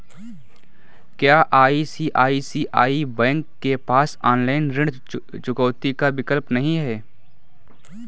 क्या ICICI bank के पास ऑनलाइन ऋण चुकौती का विकल्प नहीं है?